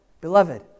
beloved